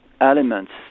elements